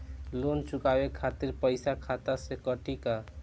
Loan चुकावे खातिर पईसा खाता से कटी का?